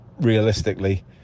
realistically